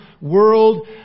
world